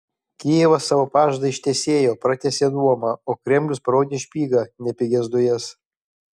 kijevas savo pažadą ištesėjo pratęsė nuomą o kremlius parodė špygą ne pigias dujas